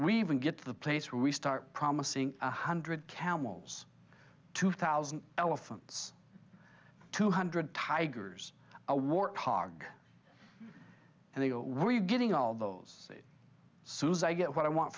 we even get to the place where we start promising one hundred camels two thousand elephants two hundred tigers a wart hog and they were you getting all those sous i get what i want